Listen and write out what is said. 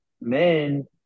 men